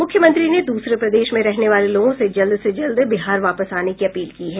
मुख्यमंत्री ने दूसरे प्रदेश में रहने वाले लोगों से जल्द से जल्द बिहार वापस आने की अपील की है